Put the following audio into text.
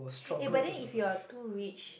eh but then if you are too rich